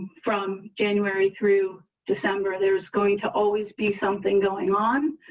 from january through december, there is going to always be something going on.